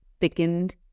thickened